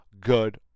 good